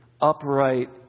upright